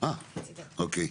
מה שנקרא: